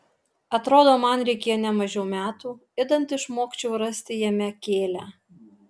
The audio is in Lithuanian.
atrodo man reikėjo ne mažiau metų idant išmokčiau rasti jame kėlią